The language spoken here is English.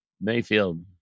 Mayfield